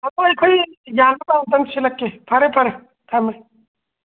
ꯑꯩꯈꯣꯏꯈꯩ ꯌꯥꯅꯕ ꯑꯝꯇꯪ ꯁꯤꯜꯂꯛꯀꯦ ꯐꯔꯦ ꯐꯔꯦ ꯊꯝꯃꯦ